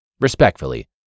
respectfully